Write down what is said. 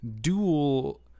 dual